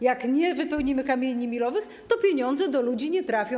Jak nie wypełnimy kamieni milowych, to pieniądze do ludzi nie trafią.